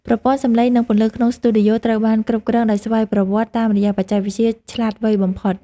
ប្រព័ន្ធសំឡេងនិងពន្លឺក្នុងស្ទូឌីយោត្រូវបានគ្រប់គ្រងដោយស្វ័យប្រវត្តិតាមរយៈបច្ចេកវិទ្យាឆ្លាតវៃបំផុត។